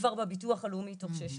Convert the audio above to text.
הם כבר בביטוח הלאומי תוך שש שעות.